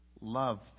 Love